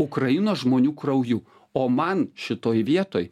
ukrainos žmonių krauju o man šitoj vietoj